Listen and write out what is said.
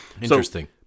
Interesting